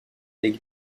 les